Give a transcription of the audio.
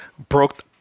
Broke